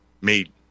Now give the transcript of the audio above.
made